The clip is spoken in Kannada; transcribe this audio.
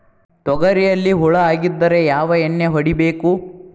ತೊಗರಿಯಲ್ಲಿ ಹುಳ ಆಗಿದ್ದರೆ ಯಾವ ಎಣ್ಣೆ ಹೊಡಿಬೇಕು?